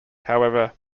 however